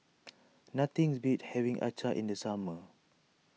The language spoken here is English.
nothing beats having Acar in the summer